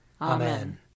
Amen